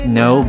no